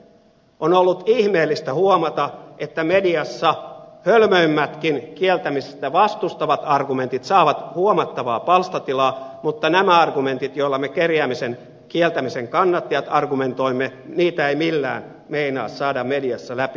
on ollut ihmeellistä huomata että mediassa hölmöimmätkin kieltämistä vastustavat argumentit saavat huomattavaa palstatilaa mutta näitä argumentteja joilla me kerjäämisen kieltämisen kannattajat argumentoimme ei millään meinaa saada mediassa läpi